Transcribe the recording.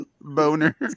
boner